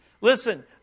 Listen